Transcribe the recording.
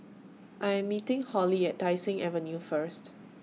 I Am meeting Holli At Tai Seng Avenue First